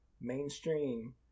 mainstream